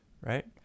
Right